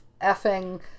effing